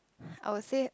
I would say